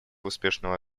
успешного